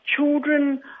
children